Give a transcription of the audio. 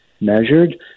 measured